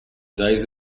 days